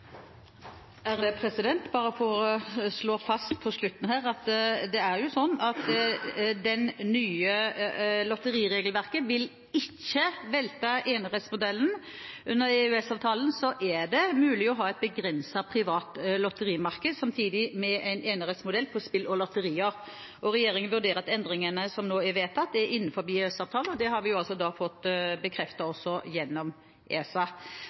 disse organisasjonene. Bare for å slå fast på slutten her: Det nye lotteriregelverket vil ikke velte enerettsmodellen. Under EØS-avtalen er det mulig å ha et begrenset privat lotterimarked samtidig med en enerettsmodell på spill og lotterier. Regjeringen vurderer det slik at endringene som nå er vedtatt, er innenfor EØS-avtalen, og det har vi altså fått bekreftet også gjennom ESA.